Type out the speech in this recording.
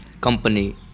company